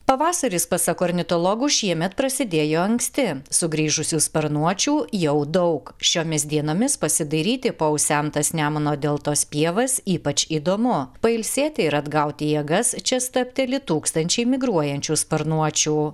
pavasaris pasak ornitologų šiemet prasidėjo anksti sugrįžusių sparnuočių jau daug šiomis dienomis pasidairyti po užsemtas nemuno deltos pievas ypač įdomu pailsėti ir atgauti jėgas čia stabteli tūkstančiai migruojančių sparnuočių